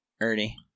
Ernie